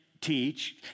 teach